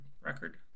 record